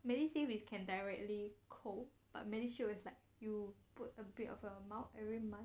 medisave is can directly 扣 but medishield with like you put a bit of a amount every month